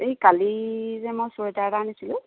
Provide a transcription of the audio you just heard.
এই কালি যে মই চুৱেটাৰ এটা আনিছিলোঁ